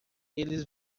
eles